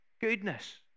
goodness